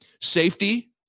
Safety